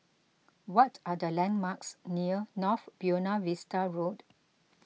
what are the landmarks near North Buona Vista Road